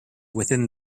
within